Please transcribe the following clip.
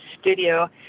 studio